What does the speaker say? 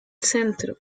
centro